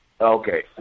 Okay